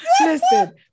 Listen